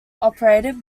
operated